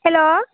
hello